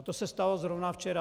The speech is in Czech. To se stalo zrovna včera.